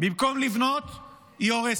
במקום לבנות היא הורסת,